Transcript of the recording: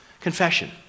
confession